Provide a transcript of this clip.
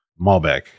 Malbec